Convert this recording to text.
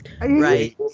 Right